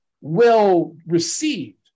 well-received